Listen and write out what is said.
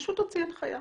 הוא פשוט הוציא הנחייה